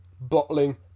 bottling